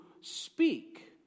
speak